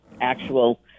actual